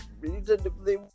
reasonably